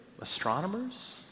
Astronomers